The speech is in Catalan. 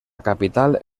capital